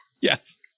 yes